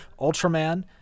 Ultraman